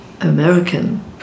American